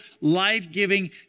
life-giving